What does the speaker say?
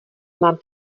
mám